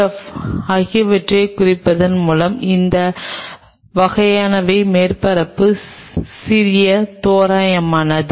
F ஆகியவற்றைக் குவிப்பதன் மூலம் இவை எந்த வகையானவை மேற்பரப்பு சிறிய தோராயமானது